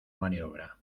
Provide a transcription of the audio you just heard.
maniobra